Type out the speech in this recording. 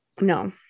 No